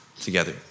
together